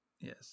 yes